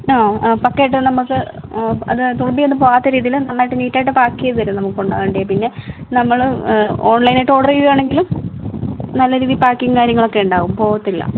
ആ ആ പക്കയായിട്ട് ഉള്ള നമുക്ക് അത് തുളുമ്പിയൊന്നും പോകാത്ത രീതിയിൽ നന്നായിട്ട് നീറ്റ് ആയിട്ട് പാക്ക് ചെയ്ത് തരും നമുക്ക് കൊണ്ടുപോവാൻ വേണ്ടി പിന്നെ നമ്മൾ ഓൺലൈൻ ആയിട്ട് ഓർഡർ ചെയ്യുവാണെങ്കിലും നല്ല രീതിയിൽ പാക്കിങ്ങും കാര്യങ്ങളൊക്കെ ഉണ്ടാവും പോവത്തില്ല